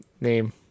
name